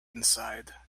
inside